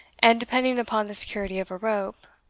and depending upon the security of a rope,